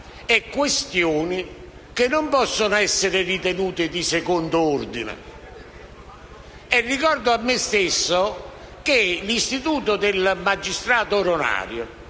e questioni che non possono essere ritenuti di secondo ordine. Ricordo a me stesso che l'istituto del magistrato onorario